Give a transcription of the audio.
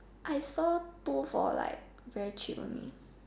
I saw two for like very cheap only